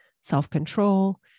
self-control